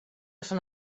sant